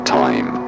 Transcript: time